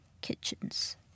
kitchens